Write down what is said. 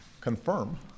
confirm